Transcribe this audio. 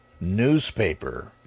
newspaper